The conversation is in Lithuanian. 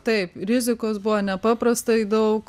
taip rizikos buvo nepaprastai daug